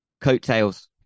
Coattails